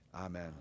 Amen